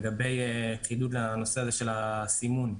לגבי חידוד לנושא של הסימון.